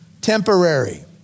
temporary